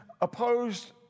opposed